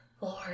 Lord